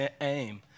aim